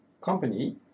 company